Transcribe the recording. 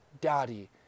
daddy